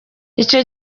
icyo